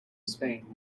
spain